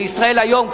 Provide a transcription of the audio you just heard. ב"ישראל היום",